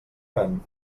fem